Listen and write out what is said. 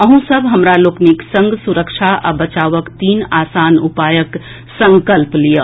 अहूँ सब हमरा लोकनिक संग सुरक्षा आ बचावक तीन आसान उपायक संकल्प लियऽ